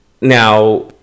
now